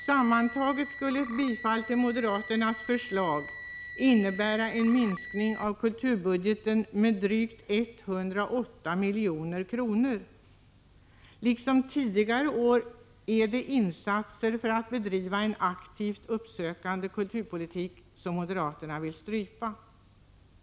Sammantaget skulle ett bifall till moderaternas förslag innebära en minskning av kulturbudgeten med drygt 108 milj.kr. Liksom tidigare år är det insatser för att bedriva en aktivt uppsökande kulturpolitik som moderaterna vill strypa.